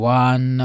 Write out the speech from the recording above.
one